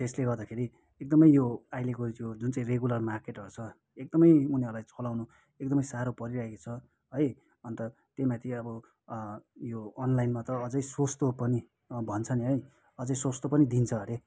त्यसले गर्दाखेरि एकदमै यो अहिलेको यो जुन चाहिँ रेगुलेर मार्केटहरू छ एकदमै उनीहरूलाई चलाउनु एकदमै साह्रो परिरहेको छ है अन्त त्योमाथि अब उयो अनलाइनमा त अझै सस्तो पनि भन्छन् है अझै सस्तो पनि दिन्छ हरे